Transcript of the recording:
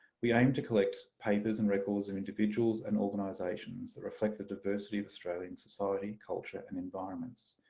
we aim to collect papers and records of individuals and organisations that reflect the diversity of australian society, culture and environments.